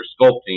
sculpting